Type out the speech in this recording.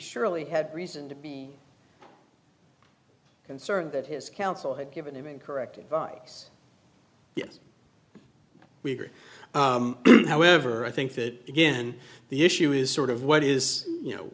surely had reason to be concerned that his counsel had given him incorrect yes we agree however i think that again the issue is sort of what is you know